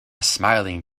smiling